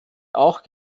auch